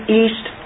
east